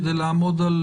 כדי לעמוד על